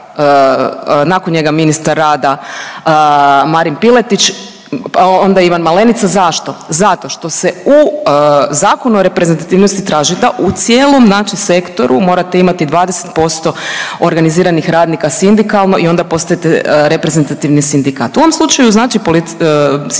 nakon njega ministar rada Marin Piletić, onda Ivan Malenica, zašto? Zato što se u Zakonu o reprezentativnosti traži da u cijelom znači sektoru morate imati 20% organiziranih radnika sindikalno i onda postajete reprezentativni sindikat. U ovom slučaju znači sindikat